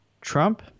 Trump